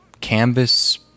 canvas